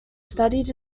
studied